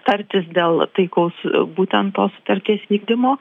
tartis dėl taikaus būtent tos sutarties vykdymo